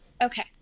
Okay